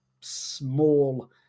small